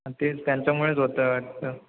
तेच त्यांच्यामुळेच होतं आहे वाटतं